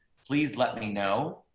please let me know.